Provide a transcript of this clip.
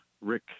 Rick